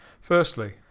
firstly